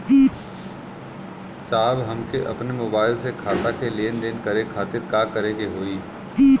साहब हमके अपने मोबाइल से खाता के लेनदेन करे खातिर का करे के होई?